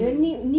mm